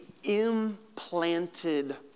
implanted